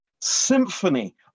symphony